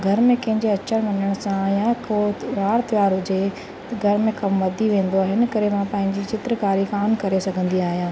घर में कंहिं जे अचण वञण सां या को वार त्योहार हुजे घर में कमु वधी वेंदो आहे हिन करे मां पंहिंजी चित्रकारी कान करे सघंदी आहियां